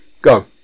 Go